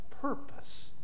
purpose